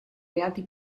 reati